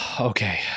okay